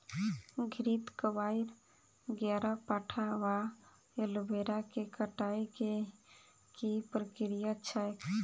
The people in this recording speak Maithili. घृतक्वाइर, ग्यारपाठा वा एलोवेरा केँ कटाई केँ की प्रक्रिया छैक?